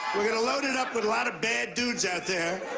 we're going to load it up with a lot of bad dudes out there.